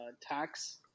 tax